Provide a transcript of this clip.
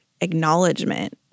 acknowledgement